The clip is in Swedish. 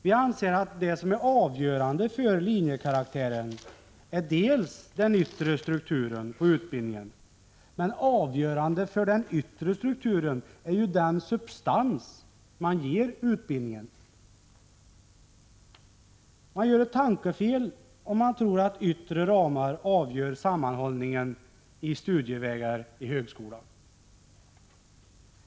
Vi anser att det som är avgörande för linjekaraktären är den yttre strukturen på utbildningen, men avgörande för den yttre strukturen är ju den substans man ger utbildningen. Man gör ett tankefel om man tror att yttre ramar avgör sammanhållningen av studievägar i högskolan.